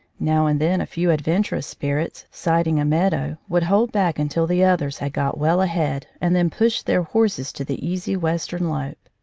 now and then a few adventurous spirits, sighting a meadow, would hold back until the others had got well ahead, and then push their horses to the easy western lope.